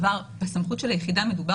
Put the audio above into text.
שבסופו של דבר בסמכות של היחידה מדובר